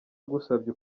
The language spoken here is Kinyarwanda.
agusabye